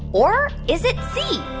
or is it c,